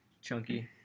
chunky